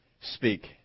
speak